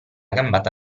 gambata